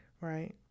right